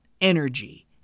energy